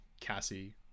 Cassie